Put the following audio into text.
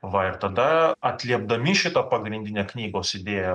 va ir tada atliepdami šitą pagrindinę knygos idėją